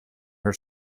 her